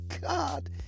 God